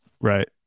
Right